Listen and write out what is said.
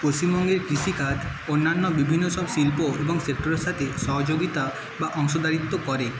পশ্চিমবঙ্গের কৃষিকাজ অন্যান্য বিভিন্ন সব শিল্প এবং সেক্টরের সাথে সহযোগিতা বা অংশ দায়িত্ব করে